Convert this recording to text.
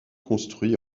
construit